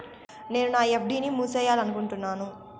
నేను నా ఎఫ్.డి ని మూసేయాలనుకుంటున్నాను